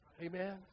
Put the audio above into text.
amen